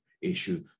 Issue